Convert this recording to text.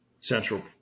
central